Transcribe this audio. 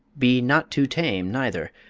be not too tame, neither,